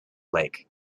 lake